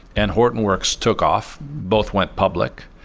and hortonworks took off. both went public.